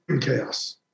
chaos